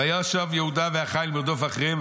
וישב יהודה והחיל מרדוף אחריהם.